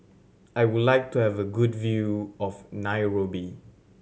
I would like to have a good view of Nairobi